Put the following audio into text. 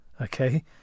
okay